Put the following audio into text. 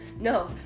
No